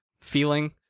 feeling